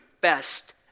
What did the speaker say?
best